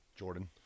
Jordan